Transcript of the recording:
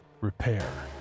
Repair